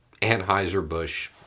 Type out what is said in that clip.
Anheuser-Busch